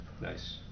Nice